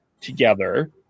together